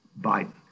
Biden